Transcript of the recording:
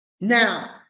Now